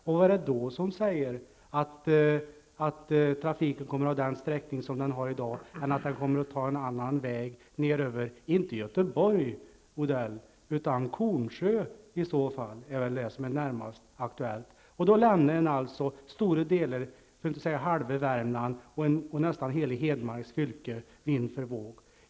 Vad är det då som säger att trafiken kommer att ha den sträckning som den har i dag? Den kommer kanske att ta en annan väg -- inte främst över Göteborg, Mats Odell -- via Kornsjö. Då lämnar den stora delar, för att inte säga halva, Värmland och nästan hela Hedmarks fylke vind för våg.